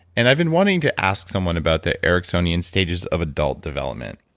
and i've been wanting to ask someone about the ericksonian stages of adult development.